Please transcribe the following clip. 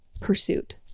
pursuit